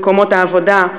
מקומות העבודה,